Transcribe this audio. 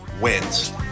wins